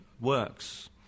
works